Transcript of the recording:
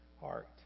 heart